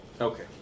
Okay